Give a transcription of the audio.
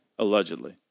Allegedly